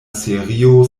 serio